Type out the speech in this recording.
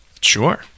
Sure